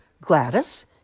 Gladys